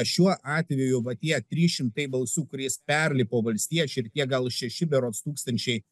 šiuo atveju va tie trys šimtai balsų kuriais perlipo valstiečiai tie gal šeši berods tūkstančiai